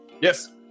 yes